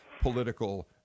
political